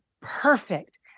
perfect